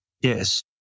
Yes